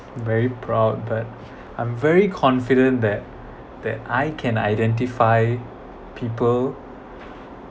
very proud but I'm very confident that that I can identify people